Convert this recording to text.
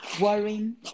worrying